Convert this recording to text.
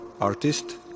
artist